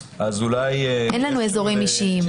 אין לנו אזורים אישיים.